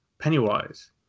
Pennywise